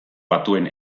batuen